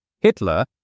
Hitler